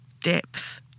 depth